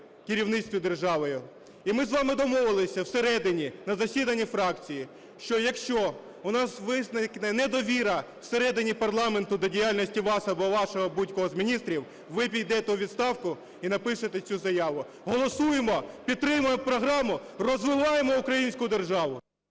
керівництві державою. І ми з вами домовилися всередині на засіданні фракції, що якщо у нас виникне недовіра всередині парламенту до діяльності вас або вашого будь-кого з міністрів, ви підете у відставку і напишете цю заяву. Голосуємо. Підтримуємо програму. Розвиваємо українську державу.